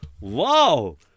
Wow